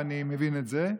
ואני מבין את זה.